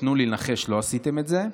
תנו לי לנחש, לא עשיתם את זה.